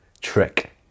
trick